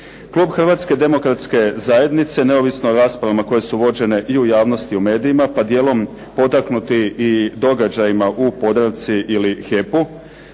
Klub Hrvatske demokratske zajednice, neovisno o raspravama koje su vođene i u javnosti i u medijima, pa dijelom potaknuti i događajima u "Podravci" ili HEP-u,